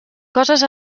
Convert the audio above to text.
coses